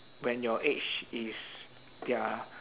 when your age is their